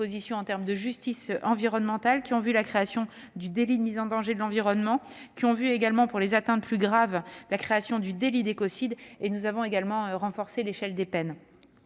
en matière de justice environnementale, notamment la création du délit de mise en danger de l'environnement et, pour les atteintes plus graves, la création du délit d'écocide. Nous avons également renforcé l'échelle des peines.